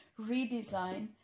redesign